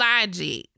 logic